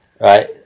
Right